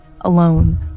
Alone